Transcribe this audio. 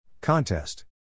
Contest